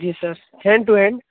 ji sir hand to hand